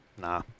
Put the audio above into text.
Nah